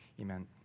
Amen